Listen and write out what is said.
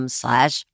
slash